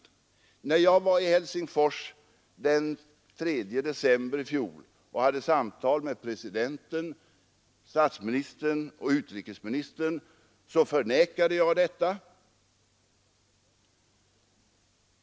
När jag var i Helsingfors den 3 december i fjol och hade samtal med presidenten, statsministern och utrikesministern förnekade jag detta.